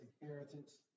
inheritance